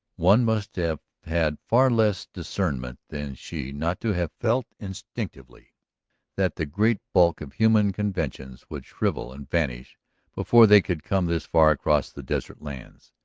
one must have had far less discernment than she not to have felt instinctively that the great bulk of human conventions would shrivel and vanish before they could come this far across the desert lands.